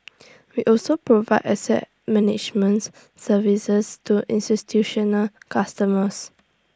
we also provide asset managements services to institutional customers